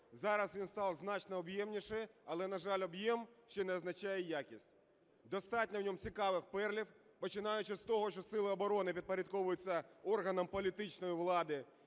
зараз він став значно об'ємнішим, але, на жаль, об'єм ще не означає якість. Достатньо в ньому цікавих перлів, починаючи з того, що сили оборони підпорядковуються органам політичної влади,